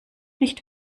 nicht